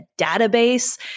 database